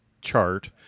chart